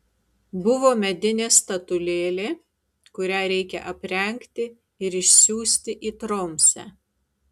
buvo medinė statulėlė kurią reikia aprengti ir išsiųsti į tromsę